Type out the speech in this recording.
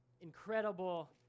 incredible